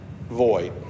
void